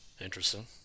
Interesting